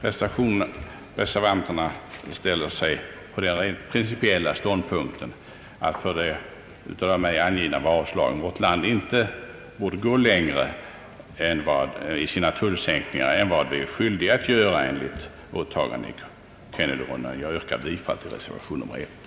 Reservanterna intar den principiella ståndpunkten, att i fråga om de av mig angivna varuslagen vårt land inte borde gå längre i sina tullsänkningar än vi är skyldiga att göra enligt åtaganden i Kennedyronden. Jag yrkar bifall till reservation 1.